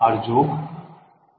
ছাত্রছাত্রীঃ আর যোগ